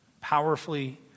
powerfully